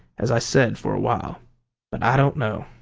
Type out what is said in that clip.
as i said, for a while but i don't know!